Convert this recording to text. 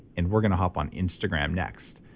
and we're going to hop on instagram next.